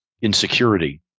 insecurity